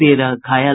तेरह घायल